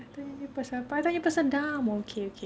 I tanya pasal apa I tanya pasal dam okay okay